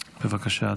בבקשה, אדוני.